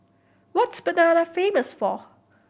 what Mbabana famous for